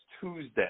Tuesday